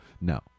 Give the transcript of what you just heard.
No